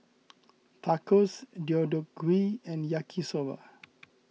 Tacos Deodeok Gui and Yaki Soba